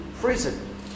prison